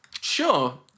Sure